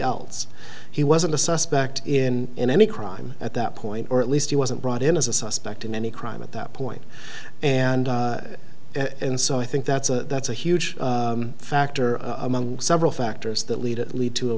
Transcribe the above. else he wasn't a suspect in in any crime at that point or at least he wasn't brought in as a suspect in any crime at that point and and so i think that's a that's a huge factor among several factors that lead it lead to a